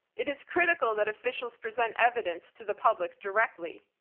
it is critical that officials present evidence to the public directly.